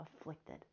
afflicted